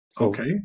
Okay